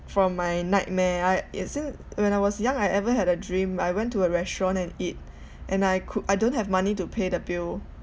from my nightmare I as in when I was young I ever had a dream where I went to a restaurant and eat and I could I don't have money to pay the bill